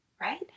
Right